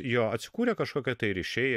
jo atsikūrė kažkokie ryšiai